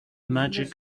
magic